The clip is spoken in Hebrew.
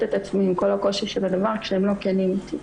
את עצמי עם כל הקושי שבדבר כשהם לא כנים איתי.